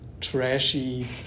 trashy